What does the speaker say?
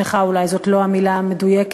שמחה אולי זאת לא המילה המדויקת,